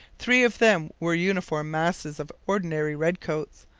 three of them were uniform masses of ordinary redcoats.